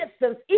distance